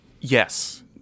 Yes